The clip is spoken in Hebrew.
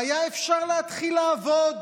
והיה אפשר להתחיל לעבוד,